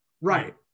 right